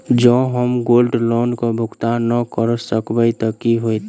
जँ हम gold loan केँ भुगतान न करऽ सकबै तऽ की होत?